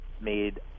made